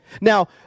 now